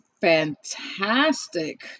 fantastic